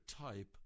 type